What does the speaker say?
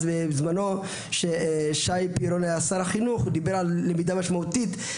אז בזמנו ששי פירון היה שר החינוך הוא דיבר על למידה משמעותית.